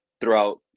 throughout